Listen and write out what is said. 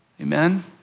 Amen